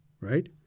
right